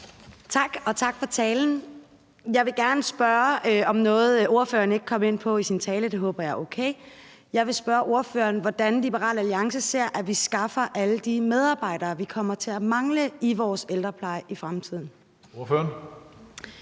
Tak. Og tak for talen. Jeg vil gerne spørge om noget, ordføreren ikke kom ind på i sin tale. Det håber jeg er okay. Jeg vil spørge ordføreren, hvordan Liberal Alliance ser at vi skaffer alle de medarbejdere, vi kommer til at mangle i vores ældrepleje i fremtiden.